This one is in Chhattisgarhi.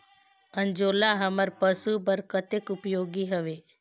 अंजोला हमर पशु बर कतेक उपयोगी हवे?